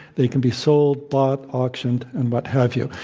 they can be sold, bought, auctioned, and what have you.